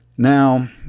now